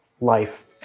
life